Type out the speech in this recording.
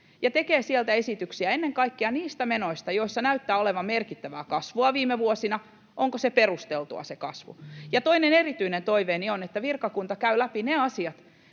ja tekee sieltä esityksiä ennen kaikkea niistä menoista, joissa näyttää olevan merkittävää kasvua viime vuosina, onko se perusteltua se kasvu. Toinen erityinen toiveeni on, että virkakunta käy läpi ne asiat,